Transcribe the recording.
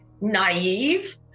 naive